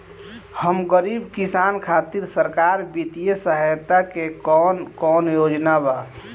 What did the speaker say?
हम गरीब किसान खातिर सरकारी बितिय सहायता के कवन कवन योजना बा?